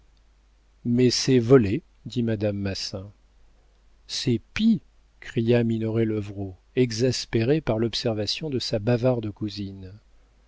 mais c'est voler dit madame massin c'est pis cria minoret levrault exaspéré par l'observation de sa bavarde cousine